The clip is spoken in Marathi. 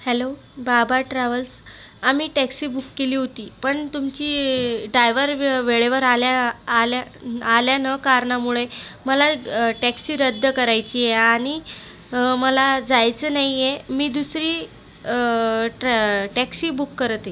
हॅलो बाबा ट्रॅवल्स आम्ही टॅक्सी बुक केली होती पण तुमची डायवर वे वेळेवर आल्या आल्या आल्या न कारणामुळे मला टॅक्सी रद्द करायची आहे आणि मला जायचं नाही आहे मी दुसरी ट्र टॅक्सी बुक करते